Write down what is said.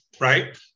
right